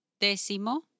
décimo